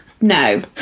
No